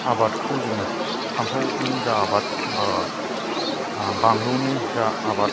आबादखौ जोङो फानथावनि जा आबाद बा बानलुनि जा आबाद